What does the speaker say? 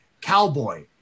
cowboy